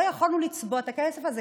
לא יכולנו לצבוע את הכסף הזה.